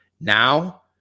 Now